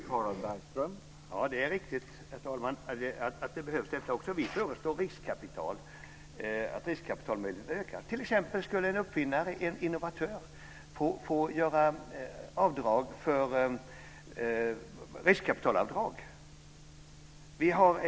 Herr talman! Det är riktigt att detta också behövs. Vi föreslår att möjligheten att få riskkapital ökar, t.ex. att en uppfinnare, en innovatör, ska få göra riskkapitalavdrag.